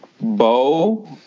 Bo